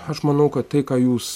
aš manau kad tai ką jūs